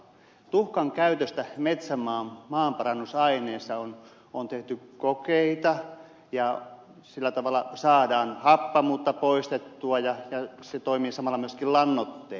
tuhkan käytöstä metsämaan maanparannusaineena on tehty kokeita ja sillä tavalla saadaan happamuutta poistettua ja tuhka toimii samalla myöskin lannoitteena